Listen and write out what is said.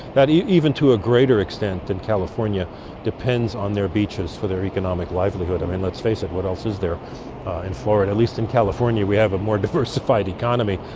that even to a greater extent than california depends on their beaches for their economic livelihood. i mean let's face it, what else is there in florida? at least in california we have a more diversified economy.